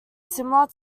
similar